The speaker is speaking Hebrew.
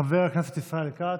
חבר הכנסת ישראל כץ,